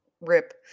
rip